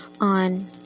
on